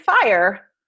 fire